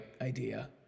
idea